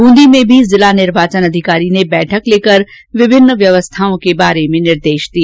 बूंदी में भी जिला निर्वाचन अधिकारी ने बैठक लेकर विभिन्न व्यवस्थाओं के बारे में निर्देश दिए